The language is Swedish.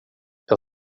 jag